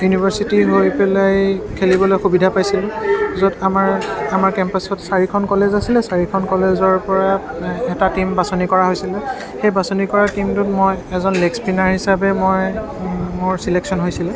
ইউনিভাৰ্ছিটিৰ হৈ পেলাই খেলিবলৈ সুবিধা পাইছিলোঁ য'ত আমাৰ আমাৰ কেম্পাছত চাৰিখন কলেজ আছিলে চাৰিখন কলেজৰ পৰা এটা টিম বাছনি কৰা হৈছিলে সেইবাছনি কৰা টিমটোত মই এজন লেগছ স্পিনাৰ হিচাপে মই মোৰ চিলেকশ্যন হৈছিলে